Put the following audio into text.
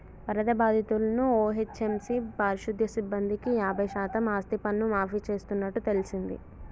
వరద బాధితులను ఓ.హెచ్.ఎం.సి పారిశుద్య సిబ్బందికి యాబై శాతం ఆస్తిపన్ను మాఫీ చేస్తున్నట్టు తెల్సింది